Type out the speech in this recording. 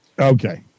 Okay